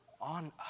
on